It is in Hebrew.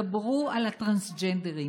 דברו על הטרנסג'נדרים,